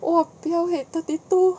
!wahpiang! eh thirty two